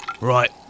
right